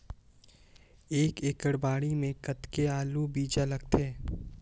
एक एकड़ बाड़ी मे कतेक आलू बीजा लगथे?